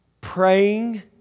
praying